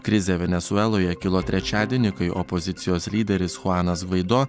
krizė venesueloje kilo trečiadienį kai opozicijos lyderis chuanas gvaido